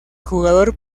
jugador